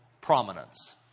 prominence